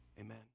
Amen